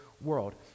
world